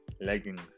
leggings